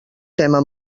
tema